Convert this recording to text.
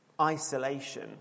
isolation